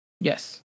Yes